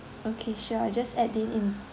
okay sure I'll just add it in